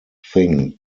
thing